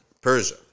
Persia